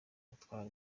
atwara